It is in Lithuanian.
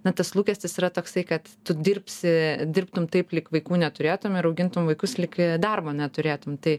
na tas lūkestis yra toksai kad tu dirbsi dirbtum taip lyg vaikų neturėtum ir augintum vaikus lyg darbo neturėtum tai